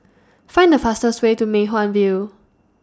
Find The fastest Way to Mei Hwan View